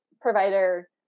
provider